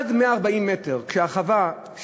עד 140 מטר הרחבה,